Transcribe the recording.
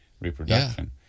reproduction